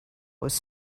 was